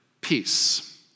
peace